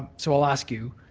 so i'll ask you,